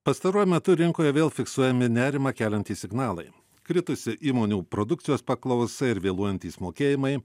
pastaruoju metu rinkoje vėl fiksuojami nerimą keliantys signalai kritusi įmonių produkcijos paklausa ir vėluojantys mokėjimai